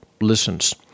listens